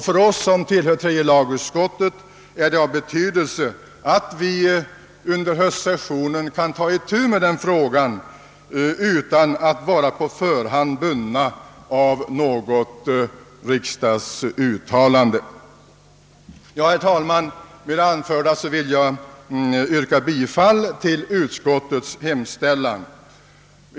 För oss som tillhör tredje lagutskottet är det av betydelse att vi under höstsessionen kan ta itu med frågan utan att vara på förhand bundna av något riksdagsuttalande. Ja, herr talman, med det anförda vill jag yrka bifall till utskottets hemställan.